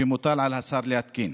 שמוטל על השר להתקין.